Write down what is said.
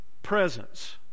Presence